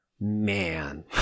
man